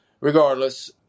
regardless